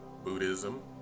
Buddhism